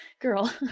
girl